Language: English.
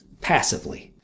passively